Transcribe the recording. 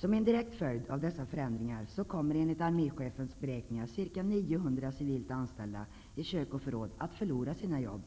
Som en direkt följd av dessa förändringar kommer enligt arme chefens beräkningar ca 900 civilt anställda i kök och förråd att förlora sina jobb.